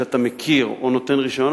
שאתה מכיר או נותן רשיון,